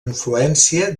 influència